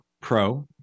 Pro